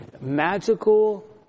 magical